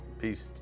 Peace